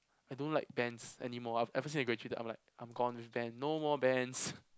I don't like bands anymore ever since I graduated I'm like I'm gone with band no more bands